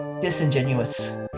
disingenuous